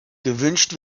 gewünscht